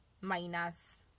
minus